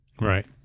right